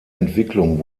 entwicklung